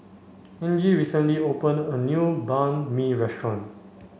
Angie recently opened a new Banh Mi restaurant